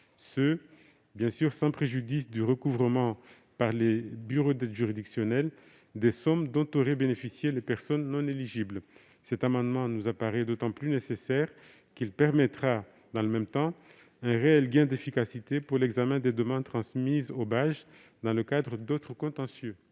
de liberté, sans préjudice du recouvrement par les bureaux d'aide juridictionnelle des sommes dont auraient bénéficié les personnes non éligibles. Cette mesure nous apparaît d'autant plus nécessaire qu'elle permettra, dans le même temps, un réel gain d'efficacité pour l'examen des demandes transmises aux BAJ dans le cadre d'autres contentieux.